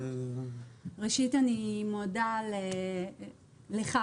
ראשית, אני מודה ליושב-ראש